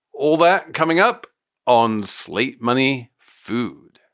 all that coming up on slate. money. food.